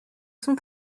son